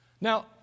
Now